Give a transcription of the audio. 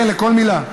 כן, לכל מילה.